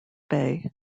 bay